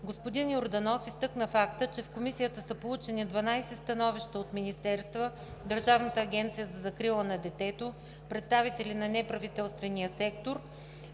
Господин Йорданов изтъкна факта, че в Комисията са получени 12 становища от министерства, Държавната агенция за закрила на детето, представители на неправителствения сектор